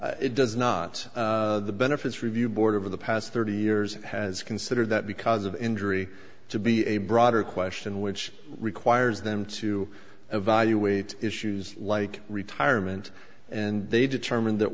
inquiry it does not the benefits review board over the past thirty years has considered that because of injury to be a broader question which requires them to evaluate issues like retirement and they determine that